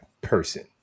person